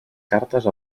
cartes